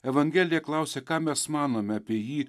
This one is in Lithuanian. evangelija klausia ką mes manome apie jį